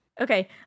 Okay